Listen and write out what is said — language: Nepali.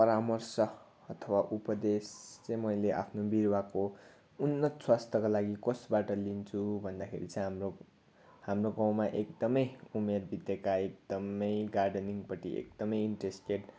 परामर्श अथवा उपदेश चाहिँ मैले आफ्नो बिरुवाको उन्नत स्वास्थको लागि कसबाट लिन्छु भन्दाखेरि चाहिँ हाम्रो हाम्रो गाउँमा एकदमै उमेर बितेका एकदमै गार्डेनिङपट्टि एकदमै इन्ट्रेस्टेड